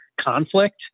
conflict